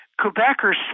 Quebecers